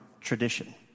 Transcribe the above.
tradition